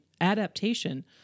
adaptation